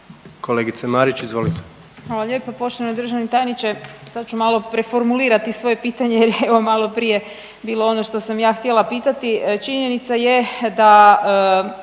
Kolegice Marić izvolite.